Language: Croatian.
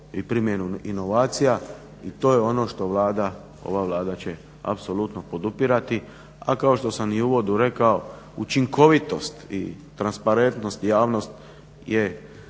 i primjenu inovacija i to je ono što Vlada, ova Vlada će apsolutno podupirati. A kao što sam i u uvodu rekao učinkovitost i transparentnost javnosti je